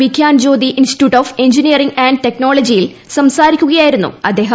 Vikhyan Jyothi Institute of Engineering and ടെക്നോളജിയിൽ സംസാരിക്കുകയായ്ട്രിരുമ്നു അദ്ദേഹം